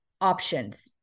options